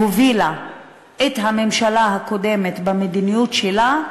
שהוביל את הממשלה הקודמת במדיניות שלה,